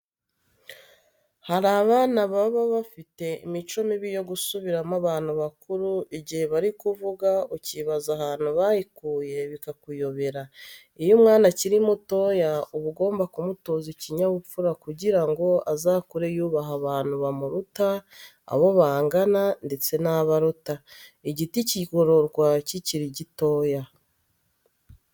Hari abana baba bafite imico mibi yo gusubiramo abantu bakuru igihe bari kuvuga ukibaza ahantu bayikuye bikakuyobera. Iyo umwana akiri mutoya uba ugomba kumutoza ikinyabupfura kugira ngo azakure yubaha abantu bamuruta, abo bangana ndetse n'abo aruta. Igiti kigororwa kikiri gitoya.